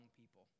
people